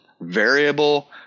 variable